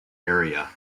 area